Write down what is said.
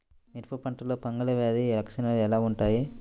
మిరప పంటలో ఫంగల్ వ్యాధి లక్షణాలు ఎలా వుంటాయి?